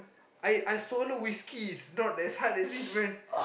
I I swallow whiskey is not as hard as this man